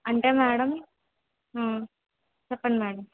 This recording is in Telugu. అంటే మేడం చెప్పండి మేడం